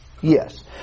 Yes